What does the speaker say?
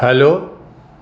hello